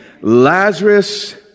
Lazarus